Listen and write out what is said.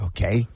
Okay